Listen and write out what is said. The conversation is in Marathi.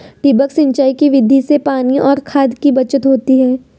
ठिबक सिंचाई की विधि से पानी और खाद की बचत होती है